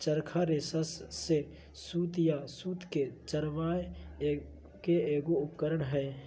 चरखा रेशा से सूत या सूत के चरावय के एगो उपकरण हइ